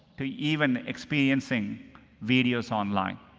to even experiencing videos online.